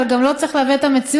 אבל גם לא צריך לעוות את המציאות.